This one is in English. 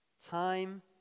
Time